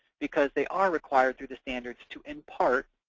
because they are requiret through the standards to, in par,